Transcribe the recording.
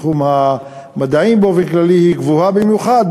בתחום המחשבים באופן כללי היא גבוהה במיוחד,